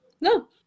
no